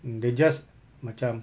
mm they just macam